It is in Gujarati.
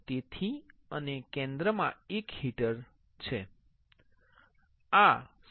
તેથી અને કેન્દ્રમાં એક હીટર છે સાચું